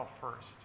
first